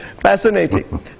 fascinating